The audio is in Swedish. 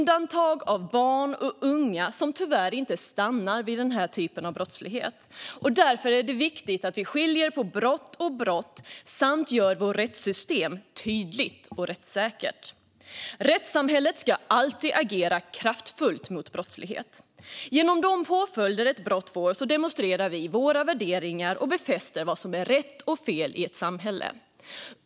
Det finns barn och unga som tyvärr inte stannar vid den här typen av brottslighet. Därför är det viktigt att vi skiljer på brott och brott samt gör vårt rättssystem tydligt och rättssäkert. Rättssamhället ska alltid agera kraftfullt mot brottslighet. Genom de påföljder ett brott får demonstrerar vi våra värderingar och befäster vad som är rätt och fel i ett samhälle.